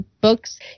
books